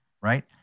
right